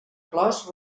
clos